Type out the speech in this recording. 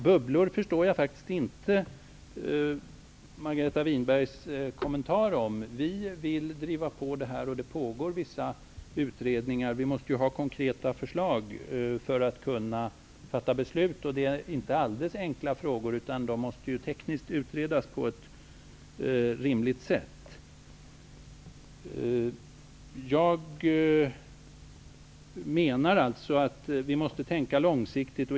Jag förstår faktiskt inte Margareta Winbergs kommentar om de s.k. bubblorna. Vi vill driva på det här, och det pågår vissa utredningar. Vi måste ju ha konkreta förslag för att kunna fatta beslut. Det här är inte alldeles enkla frågor. Det måste göras en teknisk utredning. Vi måste tänka långsiktigt.